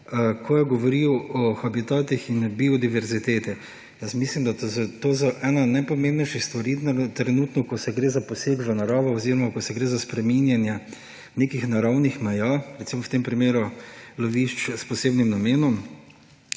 ko je govoril o habitatih in biodiverziteti. Mislim, da je to ena najpomembnejših stvari trenutno, ko gre za poseg v naravo oziroma ko gre za spreminjanje nekih naravnih meja, v tem primeru lovišč s posebnim namenom,